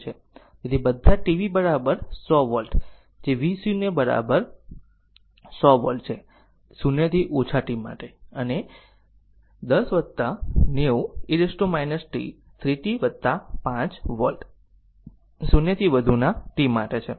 તેથી બધા t v 100 volt જે v0 100 વોલ્ટ છે 0 થી ઓછા t માટે અને 10 90 e t 3 t5 વોલ્ટ 0 થી વધુના t માટે છે